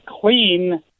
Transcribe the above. clean